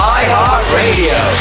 iHeartRadio